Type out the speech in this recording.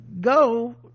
go